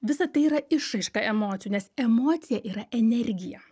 visa tai yra išraiška emocijų nes emocija yra energija